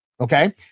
Okay